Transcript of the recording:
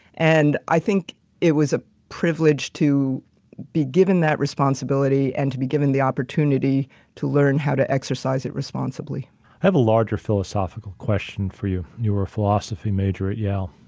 and i think it was a privilege to be given that responsibility and to be given the opportunity to learn how to exercise it responsibly. i have a larger philosophical question for you. you were a philosophy major at yale.